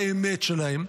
באמת שלהן,